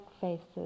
faces